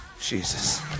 Jesus